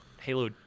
Halo